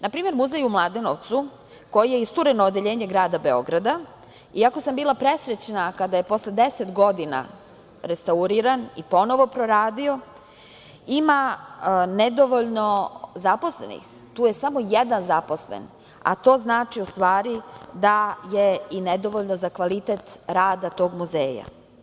Na primer, muzej u Mladenovcu koji je istureno odeljenje grada Beograda, jako sam bila presrećna kada je posle deset godina restauriran i ponovo proradio, ima nedovoljno zaposlenih, tu je samo jedan zaposlen, a to znači u stvari da je i nedovoljno za kvalitet rada tog muzeja.